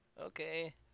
Okay